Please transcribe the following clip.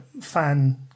fan